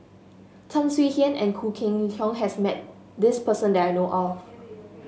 Tan Swie Hian and Khoo Cheng Tiong has met this person that I know of